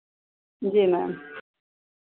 जी ma'am